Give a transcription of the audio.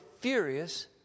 furious